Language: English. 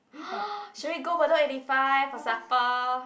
should we go Bedok eighty five for supper